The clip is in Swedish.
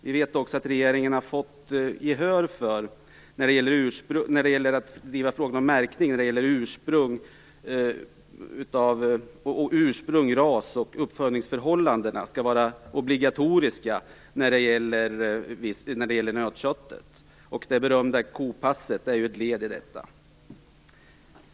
Vi vet också att regeringen har fått gehör för frågan om märkning när det gäller ursprung, ras och uppfödningsförhållanden och för att märkning skall vara obligatorisk för nötkött. Det berömda s.k. kopasset är ju ett led i detta.